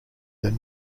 than